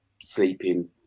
sleeping